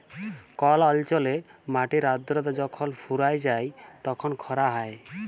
call অল্চলে মাটির আদ্রতা যখল ফুরাঁয় যায় তখল খরা হ্যয়